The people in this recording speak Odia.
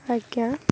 ଆଜ୍ଞା